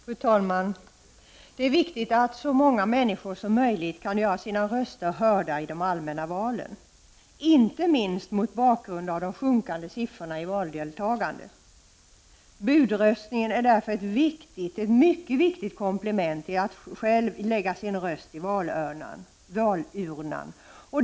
Fru talman! Det är viktigt att så många människor som möjligt kan göra sina röster hörda i de allmänna valen, inte minst mot bakgrund av de sjunkande siffrorna för valdeltagandet. Budröstningen är därför ett viktigt komplement till att själv lägga sin röst i valurnan.